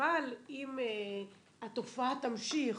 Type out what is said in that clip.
אבל אם התופעה תמשיך